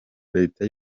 leta